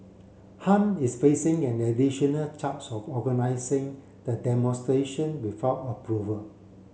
Han is facing an additional charge of organising the demonstration without approval